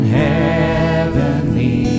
heavenly